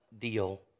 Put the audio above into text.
deal